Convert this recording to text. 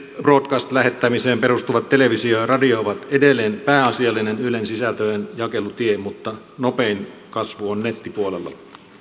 broadcast lähettämiseen perustuvat televisio ja radio ovat edelleen pääasiallinen ylen sisältöjen jakelutie mutta nopein kasvu on nettipuolella